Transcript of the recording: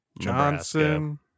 Johnson